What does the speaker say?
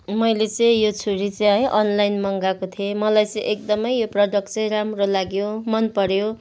मैले चाहिँ यो छुरी चाहिँ है अनलाइन मगाएको थिएँ मलाई चाहिँ एकदमै यो प्रडक्ट चाहिँ राम्रो लाग्यो मन पर्यो